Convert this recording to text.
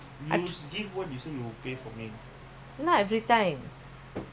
I don't have savings my father also father mother